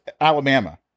Alabama